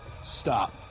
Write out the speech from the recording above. Stop